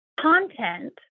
content